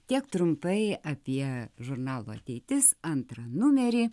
tiek trumpai apie žurnalo ateitis antrą numerį